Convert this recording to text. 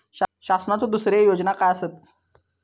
शासनाचो दुसरे योजना काय आसतत?